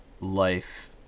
life